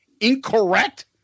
incorrect